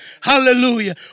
Hallelujah